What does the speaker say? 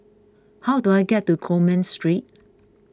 how do I get to Coleman Street